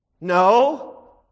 No